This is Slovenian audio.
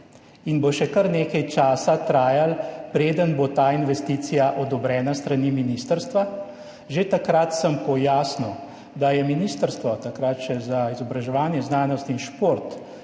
in bo še kar nekaj časa trajalo, preden bo ta investicija odobrena s strani ministrstva. Že takrat sem pojasnil, da je ministrstvo, takrat še za izobraževanje, znanost in šport,